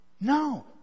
No